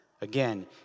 Again